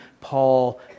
Paul